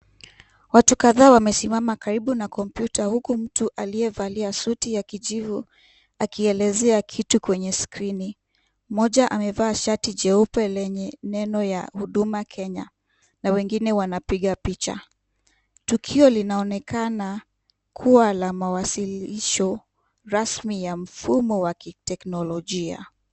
Watu kadhaa wamesimama karibu na kompyuta huku mtu aliyevalia suti ya kijivu akielezea kitu kwenye skrini. Mmoja amevaa shati jeupe lenye neno la Huduma Kenya na wengine wanapiga picha. Tukio linaonekana kuwa la mawasilisho rasmi ya mfumo wa kiteknolojia.